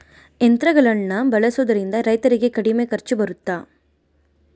ಯಂತ್ರಗಳನ್ನ ಬಳಸೊದ್ರಿಂದ ರೈತರಿಗೆ ಕಡಿಮೆ ಖರ್ಚು ಬರುತ್ತಾ?